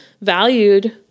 valued